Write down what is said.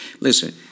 Listen